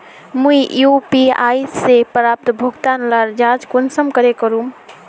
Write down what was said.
मुई यु.पी.आई से प्राप्त भुगतान लार जाँच कुंसम करे करूम?